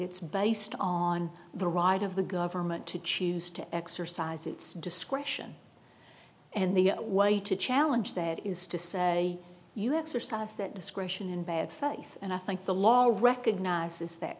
it's based on the right of the government to choose to exercise its discretion and the way to challenge that is to say u s or starts that discretion in bad faith and i think the lawyer recognizes that